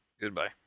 Goodbye